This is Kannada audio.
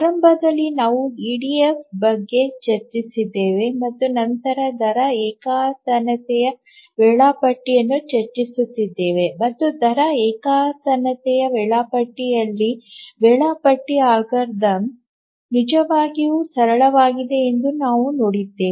ಆರಂಭದಲ್ಲಿ ನಾವು ಇಡಿಎಫ್ ಬಗ್ಗೆ ಚರ್ಚಿಸಿದ್ದೇವೆ ಮತ್ತು ನಂತರ ದರ ಏಕತಾನತೆಯ ವೇಳಾಪಟ್ಟಿಯನ್ನು ಚರ್ಚಿಸುತ್ತಿದ್ದೇವೆ ಮತ್ತು ದರ ಏಕತಾನತೆಯ ವೇಳಾಪಟ್ಟಿಯಲ್ಲಿ ವೇಳಾಪಟ್ಟಿ ಅಲ್ಗಾರಿದಮ್ ನಿಜವಾಗಿಯೂ ಸರಳವಾಗಿದೆ ಎಂದು ನಾವು ನೋಡಿದ್ದೇವೆ